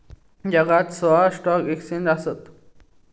जगात सोळा stock exchange आसत